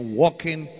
walking